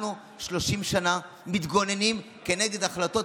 אנחנו 30 שנה מתגוננים כנגד החלטות